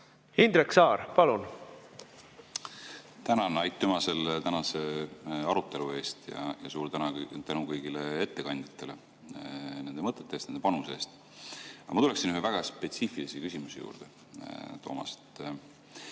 Indrek Saar, palun! Tänan! Aitüma selle tänase arutelu eest! Ja suur tänu kõigile ettekandjatele nende mõtete eest, nende panuse eest! Aga ma tuleksin ühe väga spetsiifilise küsimuse juurde, Toomas.